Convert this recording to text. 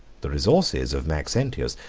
the resources of maxentius,